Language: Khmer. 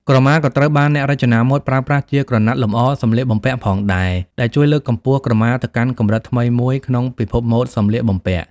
ក្រមាក៏ត្រូវបានអ្នករចនាម៉ូដប្រើប្រាស់ ជាក្រណាត់លម្អសម្លៀកបំពាក់ផងដែរ ដែលជួយលើកកម្ពស់ក្រមាទៅកាន់កម្រិតថ្មីមួយក្នុងពិភពម៉ូដសម្លៀកបំពាក់។